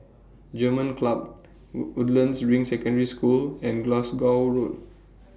German Club Woodlands Ring Secondary School and Glasgow Road